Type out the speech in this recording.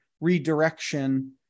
redirection